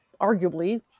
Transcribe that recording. arguably